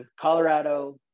Colorado